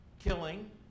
killing